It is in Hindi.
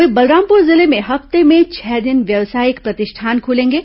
वहीं बलरामपुर जिले में हफ्ते में छह दिन व्यवसायिक प्रतिष्ठान खुलेंगे